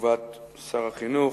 תשובת שר החינוך,